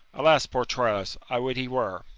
alas, poor troilus! i would he were!